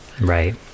Right